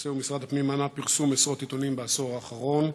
הנושא הוא: משרד הפנים מנע פרסום עשרות עיתונים בעשור האחרון.